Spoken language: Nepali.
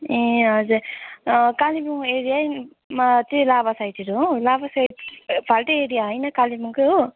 ए हजुर कालिम्पोङ एरियामा चाहिँ लाभा साइडहरू हो लाभा साइड फाल्टै एरिया होइन कालिम्पोङकै हो